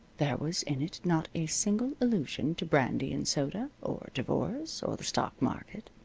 there was in it not a single allusion to brandy-and-soda, or divorce, or the stock market.